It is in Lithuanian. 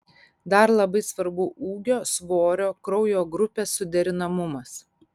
dar labai svarbu ūgio svorio kraujo grupės suderinamumas